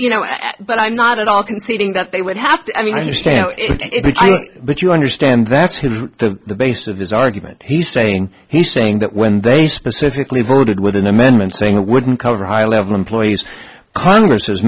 you know but i'm not at all conceding that they would have to i mean i understand it but you understand that's the basis of his argument he's saying he's saying that when they specifically voted with an amendment saying it wouldn't cover high level employees congress